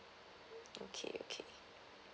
okay okay